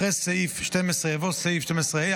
אחרי סעיף 12ד יבוא סעיף 12ה,